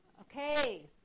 Okay